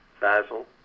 Basil